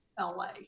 LA